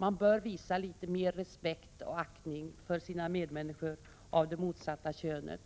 Man bör visa litet mer respekt och aktning för sina medmänniskor av det motsatta könet